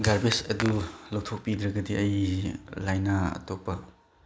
garbage ꯑꯗꯨ ꯂꯧꯊꯣꯛꯄꯤꯗ꯭ꯔꯒꯗꯤ ꯑꯩ ꯂꯩꯅꯥ ꯑꯇꯣꯞꯄ